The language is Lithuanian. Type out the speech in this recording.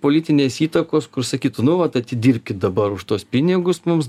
politinės įtakos kur sakytų nu vat atidirbkit dabar už tuos pinigus mums